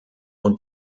und